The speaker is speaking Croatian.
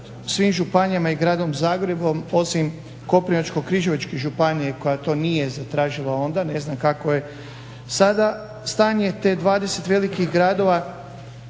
svim županijama i Gradom Zagrebom osim Koprivničko-križevačke županije koja to nije zatražila onda, ne znam kako je sada stanje. Te 20 velikih gradova